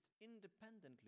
independently